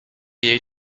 jej